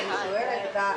אני שואלת.